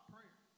Prayer